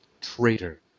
traitor